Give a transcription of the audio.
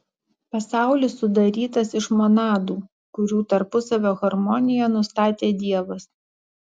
pasaulis sudarytas iš monadų kurių tarpusavio harmoniją nustatė dievas